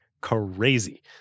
crazy